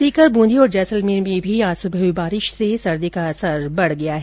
सीकर बूंदी और जैसलमेर में भी आज सुबह हुई बारिश से सर्दी का असर ओर बढ़ गया है